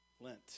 Lent